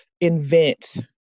invent